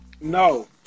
No